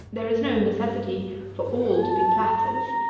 there is no necessity for all to be platters.